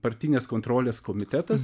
partinės kontrolės komitetas